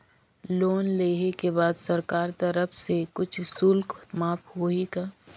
Loan लेहे के बाद सरकार कर तरफ से कुछ शुल्क माफ होही का?